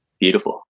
beautiful